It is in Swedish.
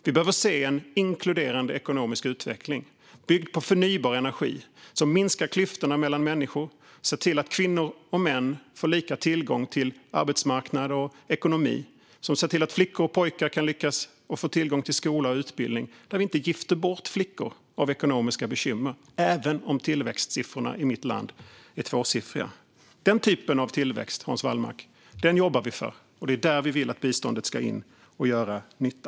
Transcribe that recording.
Vi behöver se en inkluderande ekonomisk utveckling, byggd på förnybar energi, som minskar klyftorna mellan människor, som ser till att kvinnor och män får lika tillgång till arbetsmarknad och ekonomi och som ser till att flickor och pojkar kan lyckas och få tillgång till skola och utbildning. Det ska vara en utveckling där man inte gifter bort flickor på grund av ekonomiska bekymmer även om tillväxtsiffrorna i ens land är tvåsiffriga. Den typen av tillväxt, Hans Wallmark, jobbar vi för, och det är där vi vill att biståndet ska in och göra nytta.